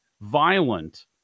violent